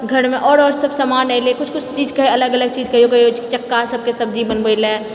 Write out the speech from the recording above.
घरमे आओर आओर सब समान एलै किछु किछु चीजके अलग अलग चीज कहियो कहियो चक्का सबके सब्जी बनबै लए